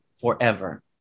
forever